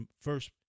first